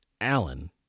Allen